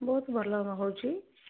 ବହୁତ ଭଲ ହେଉଛି